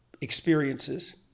experiences